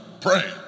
pray